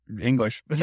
English